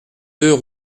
deux